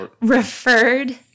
referred